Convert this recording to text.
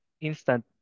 Instant